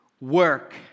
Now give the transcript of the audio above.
work